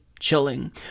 chilling